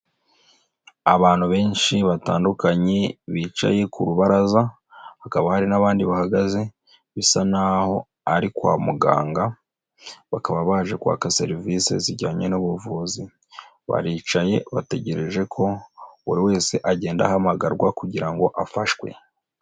Abantu benshi batandukanye bicaye ku rubaraza hakaba hari n'abandi bahagaze bisa naho ari kwa muganga, bakaba baje kwaka serivise zijyanye n'ubuvuzi, baricaye bategereje ko buri wese agenda ahamagarwa kugira ngo afashwe.